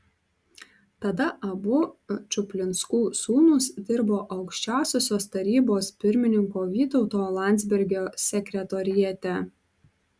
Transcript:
tada abu čuplinskų sūnūs dirbo aukščiausiosios tarybos pirmininko vytauto landsbergio sekretoriate